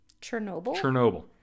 Chernobyl